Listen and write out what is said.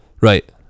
Right